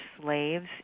slaves